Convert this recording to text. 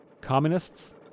Communists